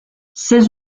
ses